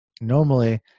normally